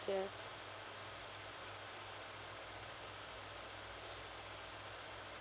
ya